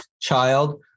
child